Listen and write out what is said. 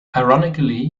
ironically